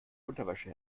unterwäsche